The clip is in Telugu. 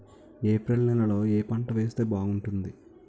ఏప్రిల్ నెలలో ఏ పంట వేస్తే బాగుంటుంది?